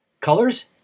Colors